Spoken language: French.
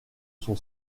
son